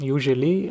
Usually